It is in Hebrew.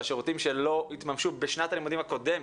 השירותים שלא התממשו בשנת הלימודים הקודמת,